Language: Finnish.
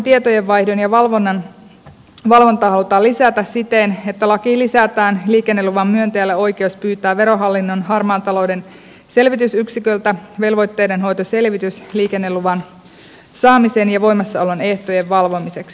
viranomaisten tietojenvaihtoa ja valvontaa halutaan lisätä siten että lakiin lisätään liikenneluvan myöntäjälle oikeus pyytää verohallinnon harmaan talouden selvitysyksiköltä velvoitteidenhoitoselvitys liikenneluvan saamisen ja voimassaolon ehtojen valvomiseksi